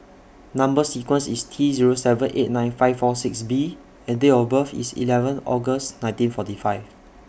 Number sequence IS T Zero seven eight nine five four six B and Date of birth IS eleven August nineteen forty five